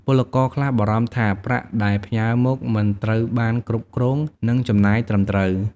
ពលករខ្លះបារម្ភថាប្រាក់ដែលផ្ញើមកមិនត្រូវបានគ្រប់គ្រង និងចំណាយត្រឹមត្រូវ។